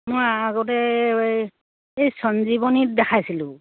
মই আগতে এই সঞ্জীৱনীত দেখাইছিলোঁ